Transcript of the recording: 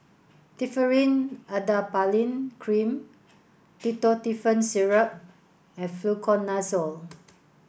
Differin Adapalene Cream Ketotifen Syrup and Fluconazole